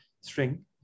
string